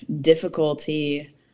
difficulty